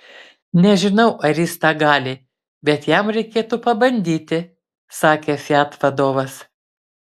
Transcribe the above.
nežinau ar jis tą gali bet jam reikėtų pabandyti sakė fiat vadovas